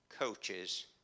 coaches